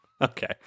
Okay